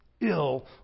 ill